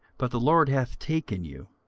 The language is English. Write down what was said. but the lord hath taken you,